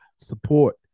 support